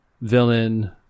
villain